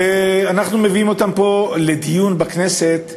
ואנחנו מביאים אותם פה לדיון בכנסת,